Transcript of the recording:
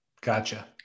Gotcha